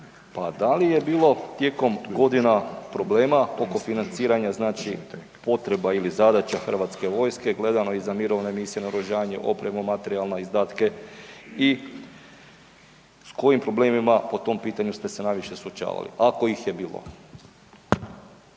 pa da li je bilo tijekom godina problema oko financiranja potreba ili zadaća hrvatske vojske gledano i za mirovne misije, naoružanje, opremu, materijalne izdatke i s kojim problemima po tom pitanju ste se najviše suočavali ako ih je bilo?